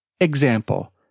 Example